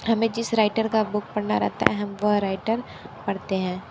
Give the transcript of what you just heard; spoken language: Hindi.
हमें जिस राइटर का बुक पढ़ना रहता है हम वह राइटर पढ़ते हैं